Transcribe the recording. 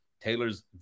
Taylor's